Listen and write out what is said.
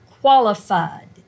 qualified